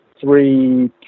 three